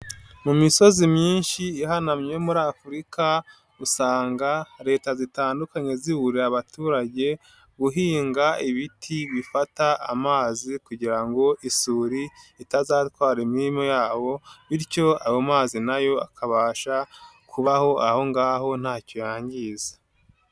Mu misozi myinshi ihanamye yo muri Afurika usanga leta zitandukanye ziburira abaturage guhinga ibiti bifata amazi kugira ngo isuri itazatwara imima yabo bityo ayo mazi na yo akabasha kubaho aho ngaho ntacyo yangiza.